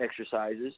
exercises